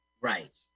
right